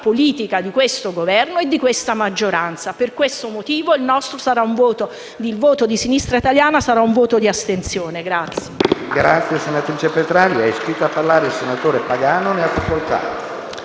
politica di questo Governo e di questa maggioranza. Per questo motivo il voto di Sinistra Italiana sarà un voto di astensione.